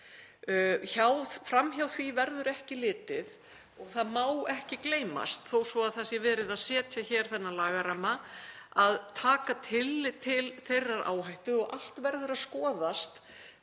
Fram hjá því verður ekki litið og það má ekki gleymast, þó svo að hér sé verið að setja þennan lagaramma, að taka tillit til þeirrar áhættu. Allt verður að skoðast;